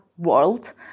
world